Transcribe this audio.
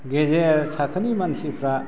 गेजेर थाखोनि मानसिफ्रा